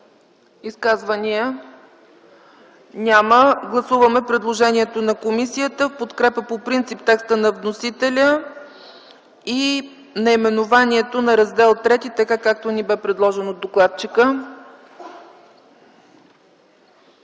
Изказвания? Няма. Гласуваме предложението на комисията в подкрепа по принцип текста на вносителя и наименованието на Раздел ІІІ така, както ни бе предложено от докладчика.